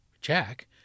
Jack